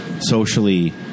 Socially